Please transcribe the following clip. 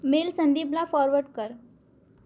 mail संदीपला forward कर